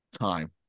time